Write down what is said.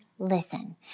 listen